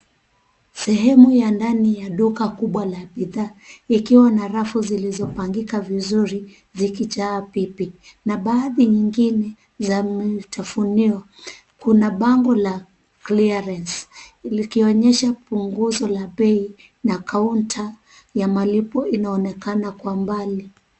Sehemu ya ndani ya duka kubwa la bidhaa likiwa na rafu zilizopangika vizuri zikijaa pipi na baadhi nyingine za mtafunio. Kuna bango la Clearance likionyesha punguzo la bei na kauta ya malipo inaonekana kwa mbali.